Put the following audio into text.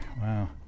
Wow